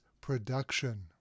production